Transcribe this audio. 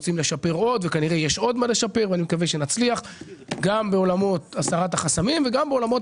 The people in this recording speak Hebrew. אנחנו רוצים לשפר עוד בעולמות של הסרת החסמים ובעולמות